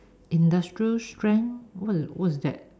industrial strength wha~ what's that